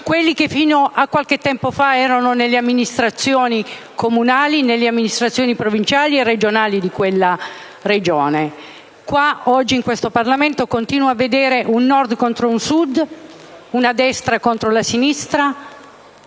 quelli che fino a qualche tempo fa erano nelle amministrazioni comunali, provinciali e regionali di quel territorio. In questo Parlamento continuo a vedere il Nord contro il Sud, la destra contro la sinistra,